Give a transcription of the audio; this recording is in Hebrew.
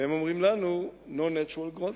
והם אומרים לנו: no natural growth.